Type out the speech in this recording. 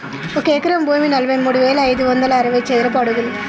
ఒక ఎకరం భూమి నలభై మూడు వేల ఐదు వందల అరవై చదరపు అడుగులు